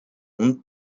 und